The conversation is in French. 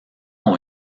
ont